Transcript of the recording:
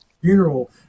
funeral